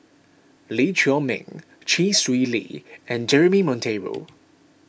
Lee Chiaw Meng Chee Swee Lee and Jeremy Monteiro